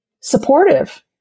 supportive